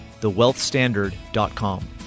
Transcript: thewealthstandard.com